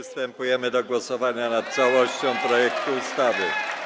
Przystępujemy do głosowania nad całością projektu ustawy.